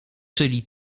czyli